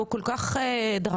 שהוא כל כך דרמטי.